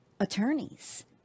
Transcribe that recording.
attorneys